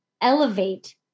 elevate